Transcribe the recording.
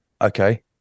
Okay